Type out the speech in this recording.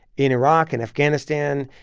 in iraq and afghanistan,